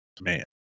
man